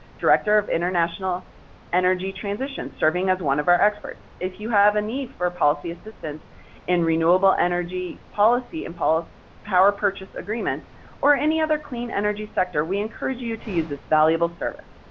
director of international energy transitions serving as one of our experts. if you have a need for policy assistance in renewable energy policy and power purchase agreements or any other clean energy sector, we encourage you to use this valuable service.